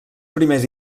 primers